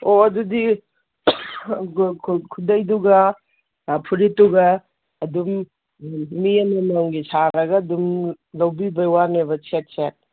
ꯑꯣ ꯑꯗꯨꯗꯤ ꯈꯨꯗꯩꯗꯨꯒ ꯑꯥ ꯐꯨꯔꯤꯠꯇꯨꯒ ꯑꯗꯨꯝ ꯃꯤ ꯑꯃꯃꯝꯒꯤ ꯁꯥꯔꯒ ꯑꯗꯨꯝ ꯂꯧꯕꯤꯕꯒꯤ ꯋꯥꯅꯦꯕ ꯁꯦꯠ ꯁꯦꯠ